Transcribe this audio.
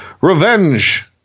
revenge